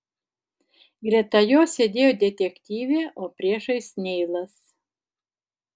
greta jo sėdėjo detektyvė o priešais neilas